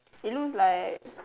it looks like